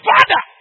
Father